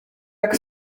jak